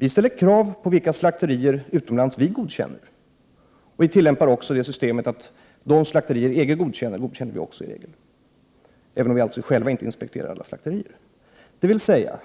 Vi ställer krav på de slakterier utomlands som vi skall godkänna. Vi tillämpar också det systemet att vi som regel godkänner de slakterier som EG godkänner, även om vi inte själva inspekterar alla slakterier. Det finns alltså